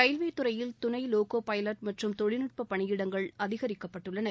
railway துறையில் துணை loco pilot மற்றும் தொழில்நுட்ப பணியிடங்கள் அதிகரிக்கப்பட்டுள்ளன